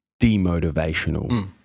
demotivational